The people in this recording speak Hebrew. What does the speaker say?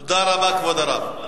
תודה רבה, כבוד הרב.